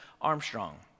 Armstrong